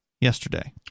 yesterday